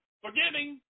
forgiving